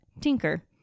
Tinker